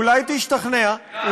אולי תשתכנע?